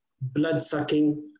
blood-sucking